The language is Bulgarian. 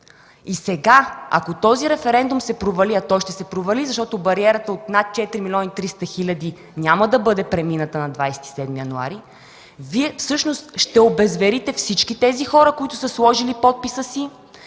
сега този референдум се провали, а той ще се провали, защото бариерата от над 4 млн. 300 хиляди няма да бъде премината на 27 януари, Вие всъщност ще обезверите всички хора, които са сложили подпис,